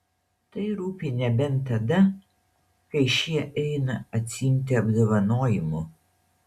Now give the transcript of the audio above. tai rūpi nebent tada kai šie eina atsiimti apdovanojimų